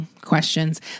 questions